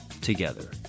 together